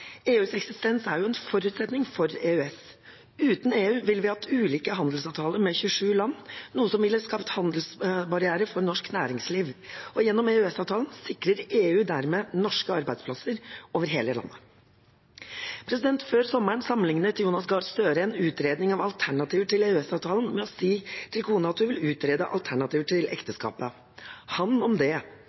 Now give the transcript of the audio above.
EUs eksistens er jo en forutsetning for EØS. Uten EU ville vi hatt ulike handelsavtaler med 27 land, noe som ville skapt handelsbarrierer for norsk næringsliv, og gjennom EØS-avtalen sikrer EU dermed norske arbeidsplasser over hele landet. Før sommeren sammenlignet Jonas Gahr Støre en utredning av alternativer til EØS-avtalen med det å si til kona at du vil utrede alternativer til ekteskapet. Han om det.